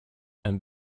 and